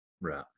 Right